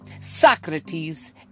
Socrates